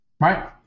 Right